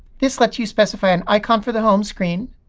this lets you specify an icon for the home screen,